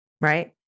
Right